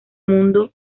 mundo